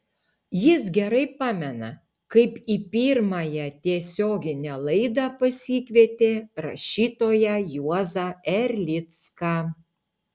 jis gerai pamena kaip į pirmąją tiesioginę laidą pasikvietė rašytoją juozą erlicką